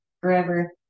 forever